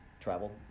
traveled